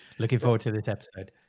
looking forward to the tap side.